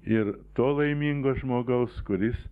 ir to laimingo žmogaus kuris